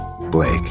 Blake